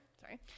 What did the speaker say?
sorry